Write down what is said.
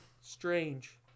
strange